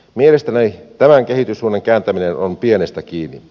mielestäni tämän kehityssuunnan kääntäminen on pienestä kiinni